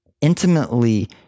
intimately